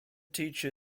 teacher